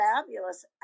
fabulous